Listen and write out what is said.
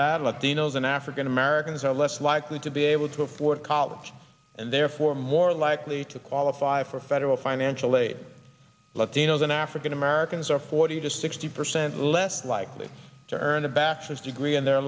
latinos and african americans are less likely to be able to afford college and therefore more likely to qualify for federal financial aid latinos and african americans are forty to sixty percent less likely to earn a bachelor's degree in their